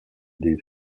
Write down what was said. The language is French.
des